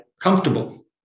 comfortable